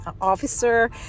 officer